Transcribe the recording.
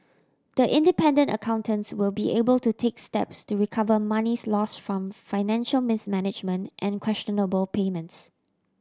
the independent accountants will be able to take steps to recover monies lost from financial mismanagement and questionable payments